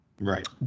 Right